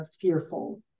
fearful